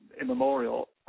immemorial